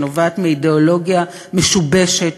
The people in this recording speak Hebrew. שנובעת מאידיאולוגיה משובשת,